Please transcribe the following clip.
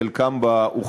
לפי חלקם באוכלוסייה.